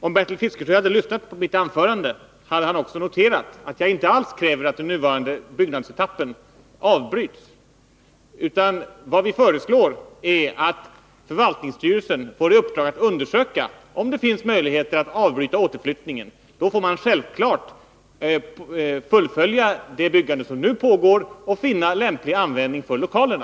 Om Bertil Fiskesjö hade lyssnat på mitt anförande, hade han också noterat att vi inte alls kräver att den nuvarande byggnadsetappen avbryts. Vad vi föreslår är i stället att förvaltningsstyrelsen får i uppdrag att undersöka, om det finns möjligheter att avbryta planerna på återflyttning. Då får man självklart fullfölja det byggande som nu pågår och finna lämplig användning för lokalerna.